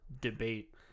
debate